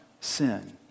sin